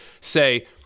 Say